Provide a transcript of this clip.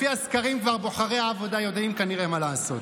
לפי הסקרים בוחרי העבודה יודעים כנראה מה לעשות.